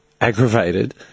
aggravated